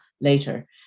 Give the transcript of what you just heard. later